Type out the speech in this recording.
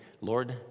Lord